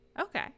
Okay